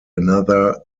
another